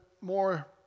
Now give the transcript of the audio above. more